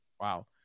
wow